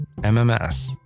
MMS